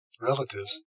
relatives